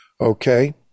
Okay